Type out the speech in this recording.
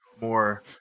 more